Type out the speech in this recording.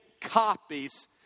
copies